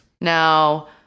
Now